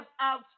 out